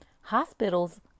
Hospitals